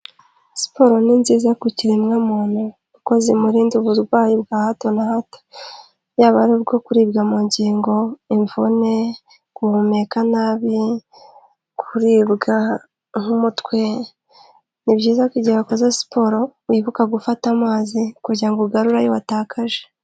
Siporo ni nziza ku kiremwa muntu uko zimurinda uburwayi bwa hato na hato, yaba ari ubwo kuribwa mu ngingo, imvune, guhumeka nabi, kuribwa nk'umutwe, ni byiza ko igihe wakoze siporo wibuka gufata amazi kugira ngo ugarure ayo watakaje.